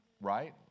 right